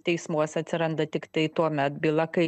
teismuose atsiranda tiktai tuomet byla kai